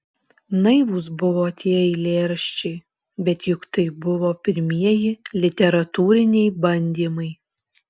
naivūs buvo tie eilėraščiai bet juk tai buvo pirmieji literatūriniai bandymai